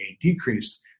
decreased